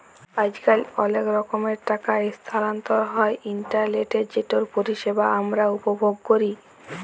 আইজকাল অলেক রকমের টাকা ইসথালাল্তর হ্যয় ইলটারলেটে যেটর পরিষেবা আমরা উপভোগ ক্যরি